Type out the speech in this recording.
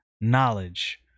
knowledge